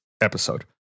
episode